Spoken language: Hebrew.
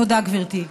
תודה, גברתי.